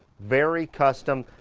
very custom,